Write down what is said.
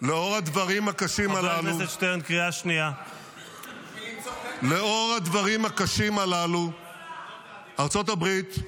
--- אבל למה צריך בכלל לדבר על ארצות הברית?